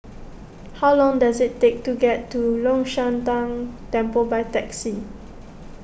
how long does it take to get to Long Shan Tang Temple by taxi